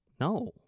no